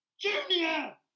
Junior